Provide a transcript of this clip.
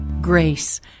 Grace